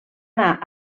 anar